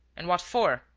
and what for?